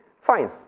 Fine